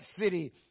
city